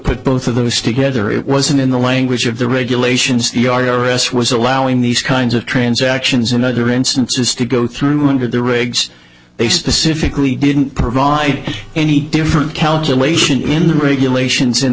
put both of those together it wasn't in the language of the regulations the i r s was allowing these kinds of transactions in other instances to go through under the regs they specifically didn't provide any different calculations in the regulations